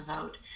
vote